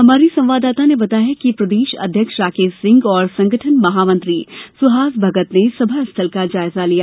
हमारी संवाददाता ने बताया कि प्रदेश अध्यक्ष राकेश सिंह और संगठन मंत्री सुहास भगत ने सभा स्थल का जायजा लिया